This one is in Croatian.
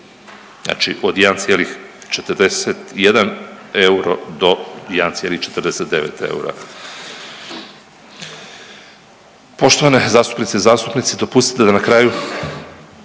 Znači od 1,41 euro do 1,49 eura. Poštovane zastupnice i zastupnici dopustite da na kraju